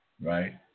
right